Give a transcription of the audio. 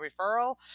referral